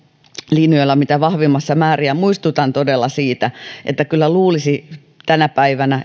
linjoilla mitä vahvimmassa määrin ja muistutan todella siitä että kyllä luulisi tänä päivänä